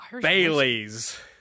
Bailey's